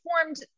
performed